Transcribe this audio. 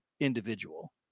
individual